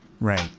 Right